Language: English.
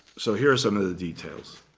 so here are some of the details.